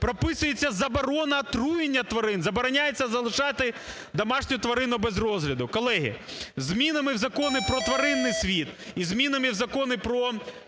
Прописується заборона отруєння тварин, забороняється залишати домашню тварину без догляду. Колеги, змінами в закони про тваринний світ і змінами в закони про